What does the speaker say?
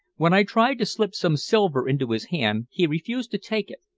when i tried to slip some silver into his hand he refused to take it,